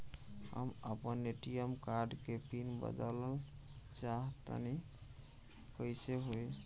हम आपन ATM card के पीन बदलल चाहऽ तनि कइसे होई?